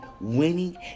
winning